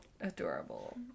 Adorable